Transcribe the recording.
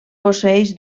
posseeix